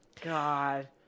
God